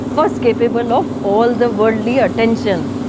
was capable of all the worldly attention.